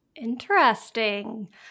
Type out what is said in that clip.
Interesting